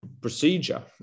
procedure